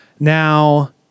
Now